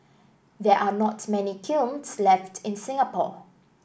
there are not many kilns left in Singapore